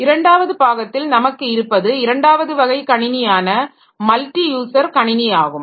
இரண்டாவது பாகத்தில் நமக்கு இருப்பது இரண்டாவது வகை கணினியான மல்டி யூசர் கணினி ஆகும்